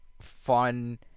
fun